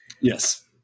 Yes